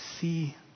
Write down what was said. see